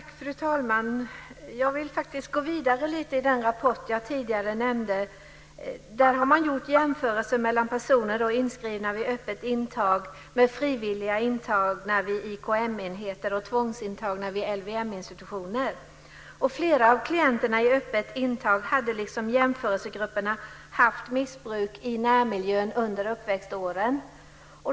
Fru talman! Jag vill gå vidare lite i den rapport jag tidigare nämnde. Där har man gjort jämförelser mellan personer inskrivna vid öppet intag och frivilligt intagna vid IKM-enheter och tvångsintagna vid LVM-institutioner. Flera av klienterna i öppet intag hade liksom jämförelsegrupperna haft missbruk i närmiljön under uppväxtåren.